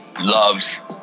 loves